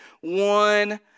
one